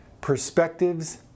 perspectives